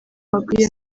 bakwiye